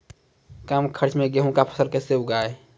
कम खर्च मे गेहूँ का फसल कैसे उगाएं?